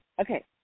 okay